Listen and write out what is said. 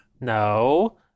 No